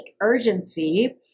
urgency